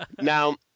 Now